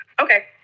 Okay